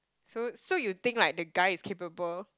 so so you think like the guy is capable